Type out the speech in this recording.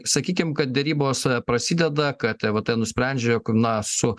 sakykim kad derybos a prasideda kad vt nusprendžiau jog na su